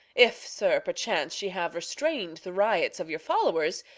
if, sir, perchance she have restrain'd the riots of your followers,